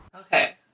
Okay